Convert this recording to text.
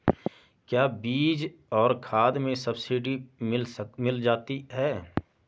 क्या बीज और खाद में सब्सिडी मिल जाती है?